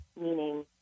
meaning